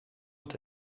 het